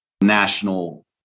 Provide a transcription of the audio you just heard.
national